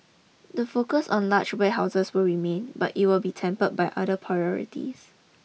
the focus on large warehouses will remain but it will be tempered by other priorities